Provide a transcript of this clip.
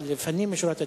אבל לפנים משורת הדין,